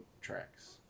tracks